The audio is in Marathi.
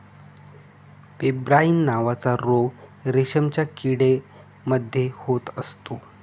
पेब्राइन नावाचा रोग रेशमाच्या किडे मध्ये होत असतो